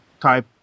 type